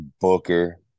Booker